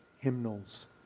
hymnals